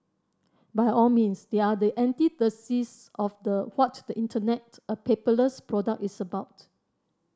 by all means they are the antithesis of the what the Internet a paperless product is about